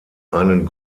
einen